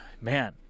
man